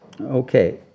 Okay